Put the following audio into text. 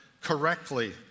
correctly